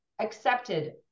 accepted